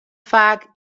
faak